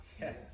Yes